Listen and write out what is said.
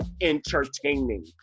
entertaining